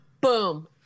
boom